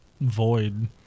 void